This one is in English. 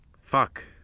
Fuck